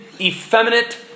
effeminate